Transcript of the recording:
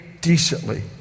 decently